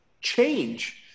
change